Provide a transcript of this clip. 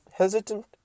hesitant